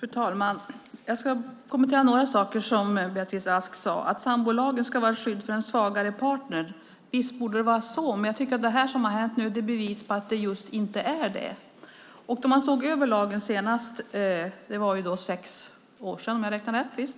Fru talman! Jag ska kommentera några saker som Beatrice Ask sade. Sambolagen ska vara ett skydd för den svagare parten, visst borde det vara så, men jag tycker att det som har hänt nu är bevis på att det just inte är det. Lagen sågs över senast för sex år sedan, om jag räknar rätt,